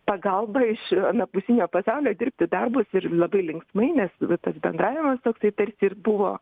pagalba iš anapusinio pasaulio dirbti darbus ir labai linksmai nes tas bendravimas toksai tarsi ir buvo